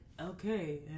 okay